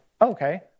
okay